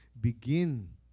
begin